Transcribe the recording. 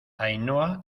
ainhoa